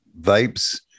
vapes